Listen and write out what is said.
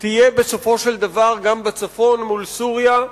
תהיה בסופו של דבר גם בצפון, מול סוריה,